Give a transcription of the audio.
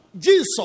Jesus